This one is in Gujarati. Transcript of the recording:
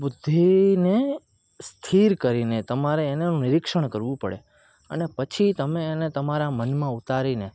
બુદ્ધિને સ્થિર કરીને તમારે એનું નિરીક્ષણ કરવું પડે અને પછી તમે એને તમારા મનમાં ઉતારીને